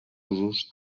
usos